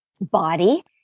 body